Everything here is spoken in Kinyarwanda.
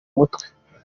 mutwe